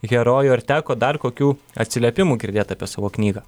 herojų ar teko dar kokių atsiliepimų girdėt apie savo knygą